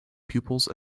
pupils